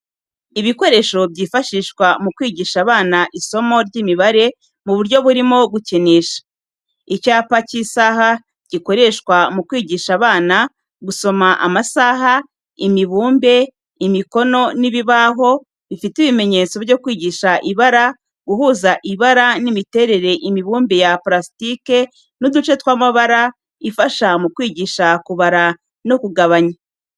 Ibikoresho byifashishwa mu kwigisha abana isomo ry’imibare mu buryo burimo gukinisha. Icyapa cy'isaha gikoreshwa mu kwigisha abana gusoma amasaha, imibumbe, imikono n’ibibaho, bifite ibimenyetso byo kwigisha ibara, guhuza ibara n’imiterere imibumbe ya parasitike n’uduce tw'amabara, ifasha mu kwigisha kubara no kugabanya.